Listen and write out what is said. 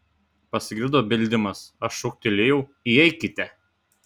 pasigirdo beldimas aš šūktelėjau įeikite